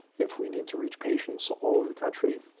if we need to reach patients so all over the country,